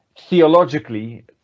theologically